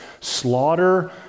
slaughter